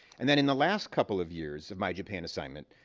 and then, in the last couple of years of my japan assignment,